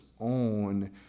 own